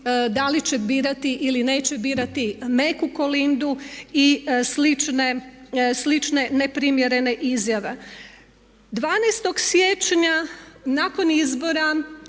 da li će birati ili neće birati meku Kolindu i slične neprimjerene izjave. 12. siječnja nakon izbora